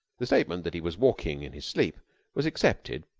the statement that he was walking in his sleep was accepted,